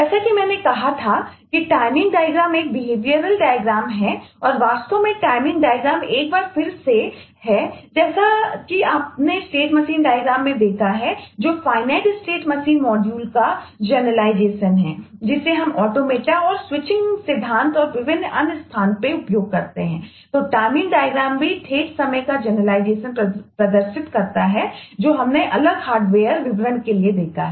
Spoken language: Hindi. जैसा कि मैंने कहा था कि टाइमिंग डायग्राम विवरण के लिए देखा है